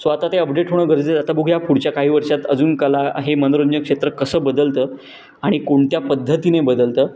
so आता ते update होणं गरजेचं आता बघूया पुढच्या काही वर्षात अजून कला हे मनोरंजन क्षेत्र कसं बदलतं आणि कोणत्या पद्धतीने बदलतं